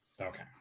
Okay